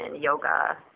yoga